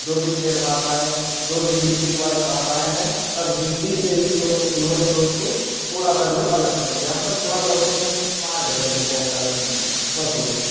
जो भी ठेठ भाषा है जो भी डिश्टिक वाइज़ भाषाएँ हैं सब हिन्दी से ही लोग उन्होंने जो है उसको थोड़ा सा जो है अलग कर दिया है मतलब थोड़ा सा उसी में पार्ट कर दिया है एक प्रकार समझिए बस हो गया